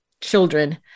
children